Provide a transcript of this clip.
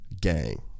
gang